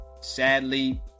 sadly